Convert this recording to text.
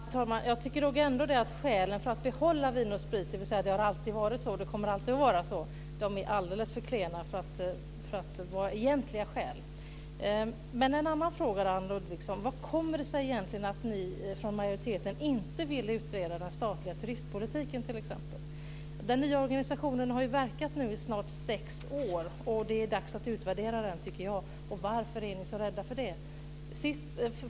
Herr talman! Jag tycker nog ändå att skälen för att behålla Vin & Sprit, dvs. att det alltid har varit så och att det alltid kommer att vara så, är alldeles för klena för att vara egentliga skäl. Men jag har en annan fråga till Anne Ludvigsson. Hur kommer det sig egentligen att ni från majoriteten inte vill utreda den statliga turistpolitiken t.ex.? Den nya organisationen har ju verkat i snart sex år, och det är dags att utvärdera den, tycker jag. Varför är ni så rädda för det?